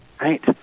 Right